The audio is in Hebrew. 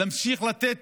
להמשיך לתת